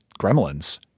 Gremlins